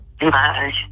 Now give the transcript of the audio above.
Bye